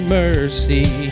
mercy